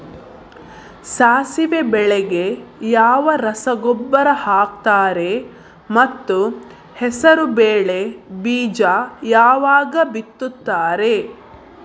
ಸಾಸಿವೆ ಬೆಳೆಗೆ ಯಾವ ರಸಗೊಬ್ಬರ ಹಾಕ್ತಾರೆ ಮತ್ತು ಹೆಸರುಬೇಳೆ ಬೀಜ ಯಾವಾಗ ಬಿತ್ತುತ್ತಾರೆ?